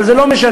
אבל זה לא משנה.